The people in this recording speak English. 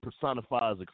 personifies